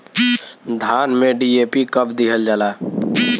धान में डी.ए.पी कब दिहल जाला?